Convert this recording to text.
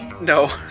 no